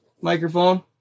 microphone